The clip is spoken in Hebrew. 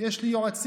יש לי יועצים,